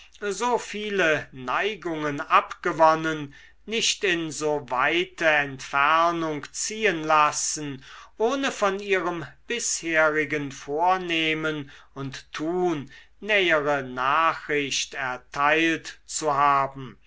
so viele neigung abgewonnen nicht in so weite entfernung ziehen lassen ohne von ihrem bisherigen vornehmen und tun nähere nachricht erteilt zu haben